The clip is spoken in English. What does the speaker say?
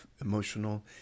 emotional